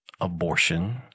abortion